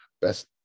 best